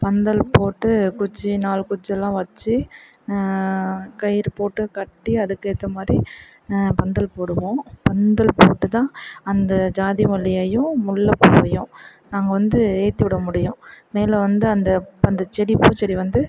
பந்தல் போட்டு குச்சி நாலு குச்சிலாம் வச்சி கயிறு போட்டு கட்டி அதுக்கேற்ற மாதிரி பந்தல் போடுவோம் பந்தல் போட்டு தான் அந்த ஜாதிமல்லியையும் முல்லைப்பூவையும் நாங்கள் வந்து ஏற்றிவிட முடியும் மேலே வந்து அந்தப் அந்தச் செடி பூச்செடி வந்து